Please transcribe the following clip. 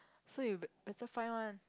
so you better find one